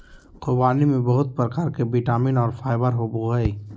ख़ुबानी में बहुत प्रकार के विटामिन और फाइबर होबय हइ